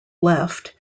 left